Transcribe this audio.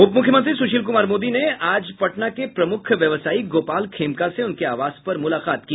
उपमुख्यमंत्री सुशील कुमार मोदी ने आज पटना के प्रमुख व्यवसायी गोपाल खेमका से उनके आवास पर मुलाकात की